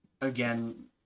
again